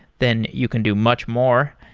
then you can do much more.